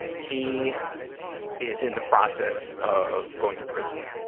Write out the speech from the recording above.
he is in the process of going to prison